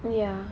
ya